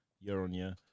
year-on-year